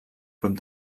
prop